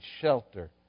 shelter